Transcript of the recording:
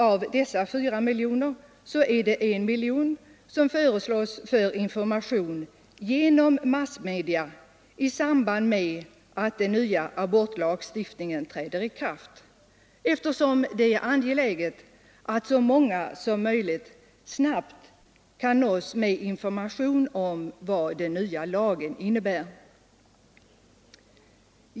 Av dessa 4 miljoner är 1 miljon avsedd för information genom massmedia i samband med att den nya abortlagstiftningen träder i kraft, eftersom det är angeläget att så många som möjligt snabbt kan nås med information om vad den nya lagen innebär.